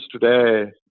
today